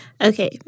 Okay